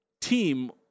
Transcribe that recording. team